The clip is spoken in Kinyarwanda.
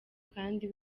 kandi